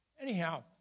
Anyhow